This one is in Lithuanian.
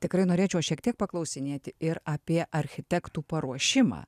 tikrai norėčiau šiek tiek paklausinėti ir apie architektų paruošimą